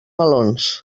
melons